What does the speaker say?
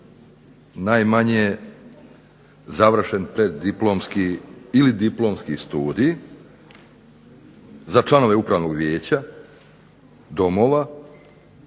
najmanje završen preddiplomski ili diplomski studij za članove upravnog vijeća domova,